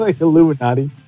Illuminati